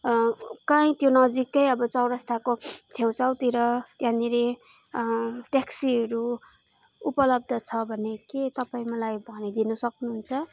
त्यो नजिकै अब चौरस्ताको छेउछाउतिर त्यहाँनेर ट्याक्सीहरू उपलब्ध छ भने के तपाईँ मलाई भनिदिनु सक्नु हुन्छ